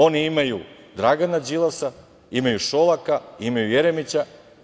Oni imaju Dragana Đilasa, imaju Šolaka, imaju Jeremića.